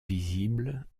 visible